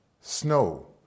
snow